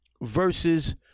versus